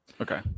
Okay